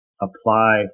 apply